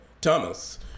Thomas